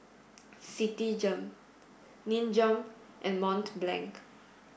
Citigem Nin Jiom and Mont Blanc